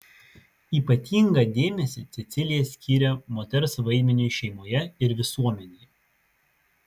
ypatingą dėmesį cecilija skyrė moters vaidmeniui šeimoje ir visuomenėje